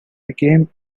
became